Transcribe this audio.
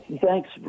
Thanks